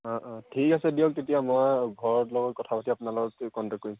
অঁ অঁ ঠিক আছে দিয়ক তেতিয়া মই ঘৰৰ লগত কথা পাতি আপোনাৰ লগত কণ্টেক্ কৰিম